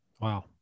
Wow